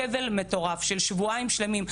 מה שהיה סבל מטורף של שבועיים שלמים.